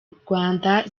rwanda